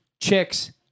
chicks